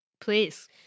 Please